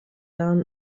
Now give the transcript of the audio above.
down